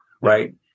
right